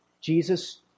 Jesus